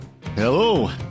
Hello